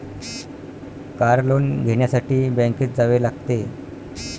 car loan घेण्यासाठी बँकेत जावे लागते